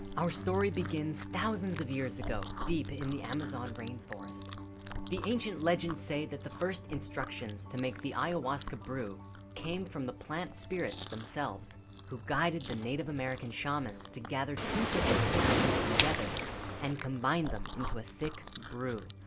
our story begins thousands of years ago deep in the amazon rainforest the ancient legends say that the first instructions to make the ayahuasca brew came from the plant spirits themselves who guided the native american shamans to gather two particular plants together and combine them into a thick brew?